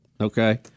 Okay